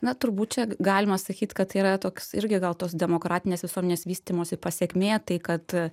na turbūt čia galima sakyt kad tai yra toks irgi gal tos demokratinės visuomenės vystymosi pasekmė tai kad